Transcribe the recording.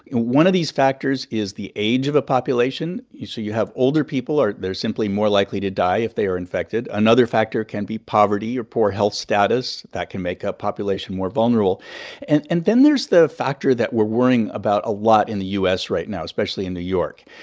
one of these factors is the age of a population. so you have older people are they're simply more likely to die if they are infected. another factor can be poverty or poor health status. that can make a population more vulnerable and and then there's the factor that we're worrying about a lot in the u s. right now, especially in new york.